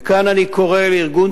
וכאן אני קורא לארגון